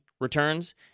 returns